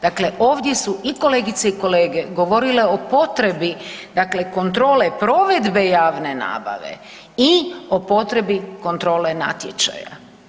Dakle, ovdje su i kolegice i kolege govorile o potrebi dakle kontrole provedbe javne nabave i o potrebi kontrole natječaja.